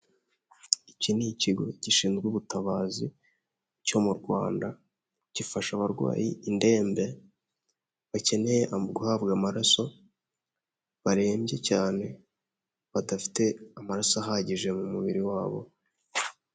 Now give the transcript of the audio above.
Iki ni ikigo gishinzwe ubutabazi cyo mu Rwanda, gifasha abarwayi, indembe, bakeneye guhabwa amaraso, barembye cyane badafite amaraso ahagije mu mubiri wabo.